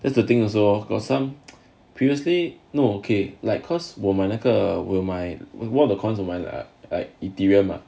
that's the thing also lor got some previously no okay like cause 我买那个我有买 lah one of the coins 我有买 like ethereum ah